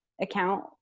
account